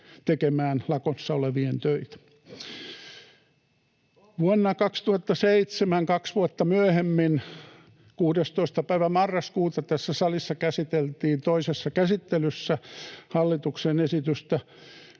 tekemään lakossa olevien töitä. Vuonna 2007, kaksi vuotta myöhemmin, 16. päivä marraskuuta tässä salissa käsiteltiin toisessa käsittelyssä hallituksen esitystä